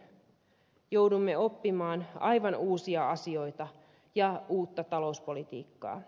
joudumme oppimaan aivan uusia asioita ja uutta talouspolitiikkaa